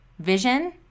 vision